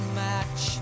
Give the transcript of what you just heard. match